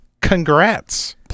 congrats